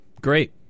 Great